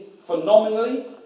phenomenally